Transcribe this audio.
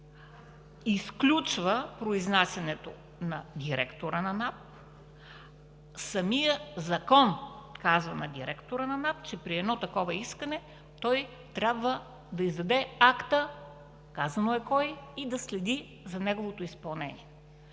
изключва произнасянето на директора на НАП, самият закон казва на директора на НАП, че при едно такова искане той трябва да издаде акта, казано е кой, и да следи за неговото изпълнение.